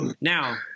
now